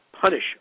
punish